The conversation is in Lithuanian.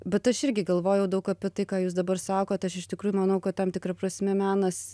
bet aš irgi galvojau daug apie tai ką jūs dabar sakot aš iš tikrųjų manau kad tam tikra prasme menas